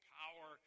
power